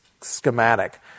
schematic